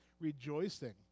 rejoicing